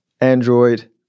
android